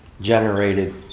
generated